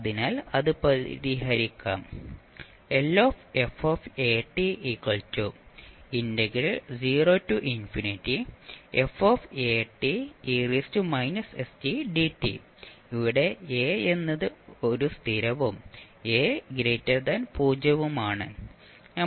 അതിനാൽ അത് പരിഹരിക്കാം ഇവിടെ a എന്നത് ഒരു സ്ഥിരവും a 0 ഉം ആണ്